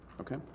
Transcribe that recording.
Okay